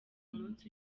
munsi